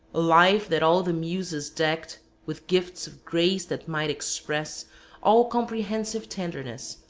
life that all the muses decked with gifts of grace that might express all comprehensive tenderness,